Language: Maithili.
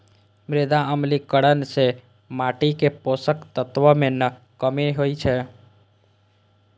मृदा अम्लीकरण सं माटिक पोषक तत्व मे कमी होइ छै